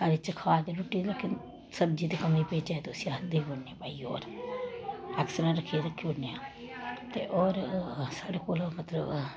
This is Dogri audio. थाली च खा दे रुट्टी ते लेकिन सब्जी दी कमी पेई जाए ते उसी अस देई ओड़ने पाई होर अस रक्खी ओड़ने ते होर साढ़े कोल मतलब